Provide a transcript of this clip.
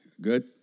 Good